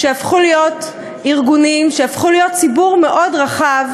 שהפכו להיות ארגונים שהפכו להיות ציבור מאוד רחב